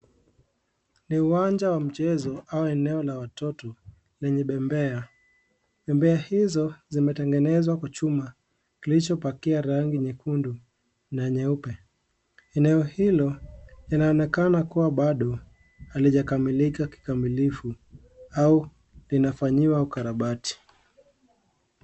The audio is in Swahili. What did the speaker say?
Ni uwanja wa mchezo au eneo la watoto lenye pembea. Pembea hizo zimetengenezwa Kwa chuma kilichopakia rangi nyekundu na nyeupe. Eneo hilo linaonekana kuwa bado halijakamilimlika kikamilifu au linafanyiwa ukarabati.